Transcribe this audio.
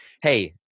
hey